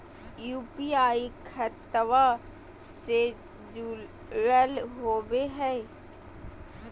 UPI खतबा से जुरल होवे हय?